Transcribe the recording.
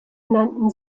nannten